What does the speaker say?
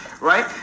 Right